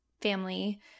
family